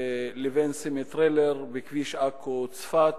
לבין סמיטריילר בכביש עכו צפת,